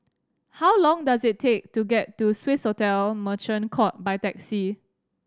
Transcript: how long does it take to get to Swissotel Merchant Court by taxi